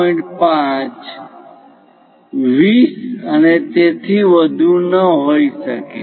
5 20 અને તેથી વધુ ન હોઇ શકે